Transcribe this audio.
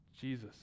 Jesus